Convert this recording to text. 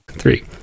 three